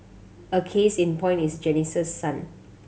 a case in point is Janice's son